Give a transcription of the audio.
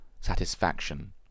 satisfaction